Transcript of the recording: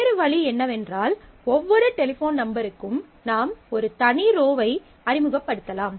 வேறு வழி என்னவென்றால் ஒவ்வொரு டெலிபோன் நம்பருக்கும் நாம் ஒரு தனி ரோவை அறிமுகப்படுத்தலாம்